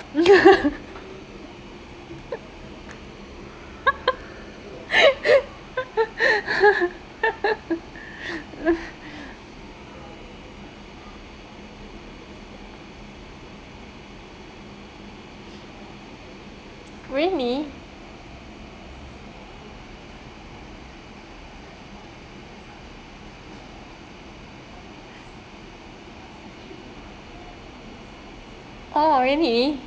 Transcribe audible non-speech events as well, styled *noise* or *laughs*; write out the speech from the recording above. *laughs* *laughs* *breath* *laughs* really oh really